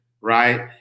right